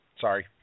Sorry